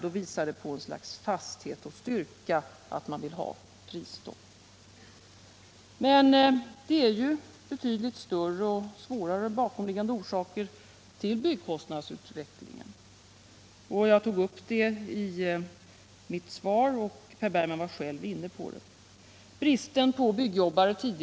Då visar det ett slags fasthet och styrka att man vill ha prisstopp. Men det är ju betydligt större och svårare bakomliggande orsaker till byggkostnadsutvecklingen. Jag tog upp det i mitt svar, och herr Bergman var själv inne på det: den tidigare bristen på byggjobbare.